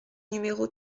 numéro